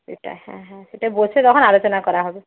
সেটা হ্যাঁ হ্যাঁ সেটা বসে তখন আলোচনা করা হবে